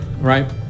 Right